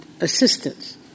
assistance